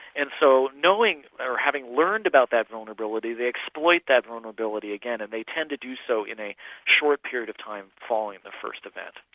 and so knowing or having learned about that vulnerability, they exploit that vulnerability again, and they tend to do so in a short period of time following the first event.